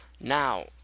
Now